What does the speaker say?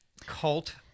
cult